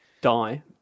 die